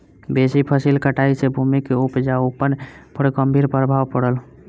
बेसी फसिल कटाई सॅ भूमि के उपजाऊपन पर गंभीर प्रभाव पड़ल